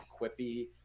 quippy